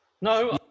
no